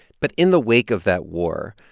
but in the wake of that war,